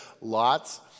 lots